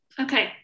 Okay